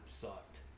sucked